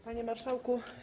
Panie Marszałku!